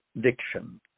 diction